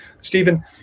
Stephen